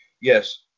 Yes